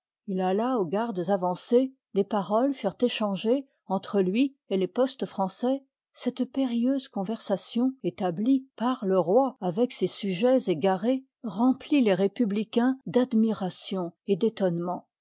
il alla aux gardes avancées des paroles furent échangées entre lui et les postes français cette périlleuse conversation établie par le roi avec ses sujets égarés remplit les républicains d'admiration et d'étonnement